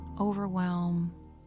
overwhelm